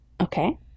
Okay